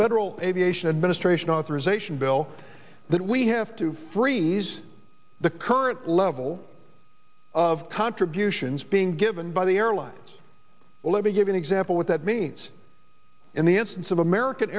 federal aviation administration authorization bill that we have to freeze the current level of contributions being given by the airlines let me give an example what that means in the instance of american